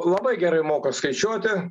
labai gerai moka skaičiuoti